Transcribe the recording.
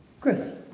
Chris